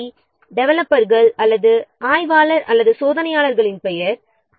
அவர்கள் தேவையான பணியாளர்கள் டெவலப்பர்கள் அல்லது ஆய்வாளர் அல்லது சோதனையாளர்கள மனிதவளம் ஆவர்